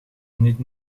niet